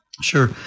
Sure